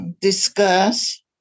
discuss